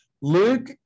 Luke